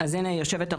אז הנה היושבת-ראש,